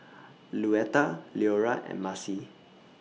Luetta Leora and Macie